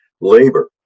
Labor